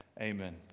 amen